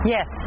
Yes